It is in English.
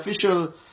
official